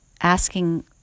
asking